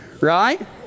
right